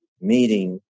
meeting